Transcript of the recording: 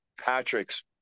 Patrick's